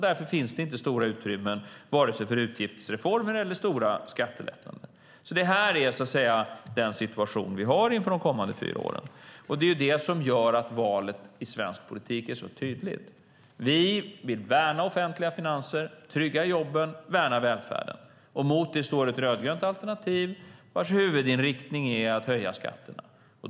Därför finns det inte stora utrymmen vare sig för utgiftsreformer eller stora skattelättnader. Det här är den situation vi har inför de kommande fyra åren. Det är detta som gör valet i svensk politik så tydligt. Vi vill värna offentliga finanser, trygga jobben och värna välfärden. Mot detta står ett rödgrönt alternativ vars huvudinriktning är att höja skatterna.